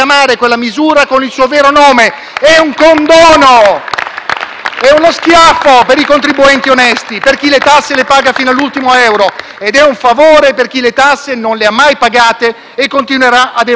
È uno schiaffo per i contribuenti onesti, per chi le tasse le paga fino all'ultimo euro ed è un favore per chi le tasse non le ha mai pagate e continuerà ad evaderle. Ho finito, signor Presidente. Questa manovra ci porterà fuori strada.